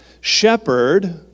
shepherd